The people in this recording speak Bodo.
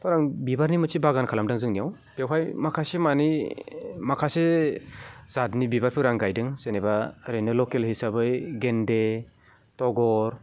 थ' आं बिबारनि मोनसे बागान खालामदों जोंनियाव बेवहाय माखासेमानि माखासे जातनि बिबारफोर आं गायदों जेनेबा ओरैनो लकेल हिसाबै गेन्दे तगर